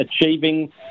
achieving